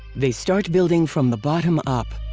they start building from the bottom up.